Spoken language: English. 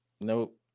nope